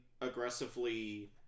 aggressively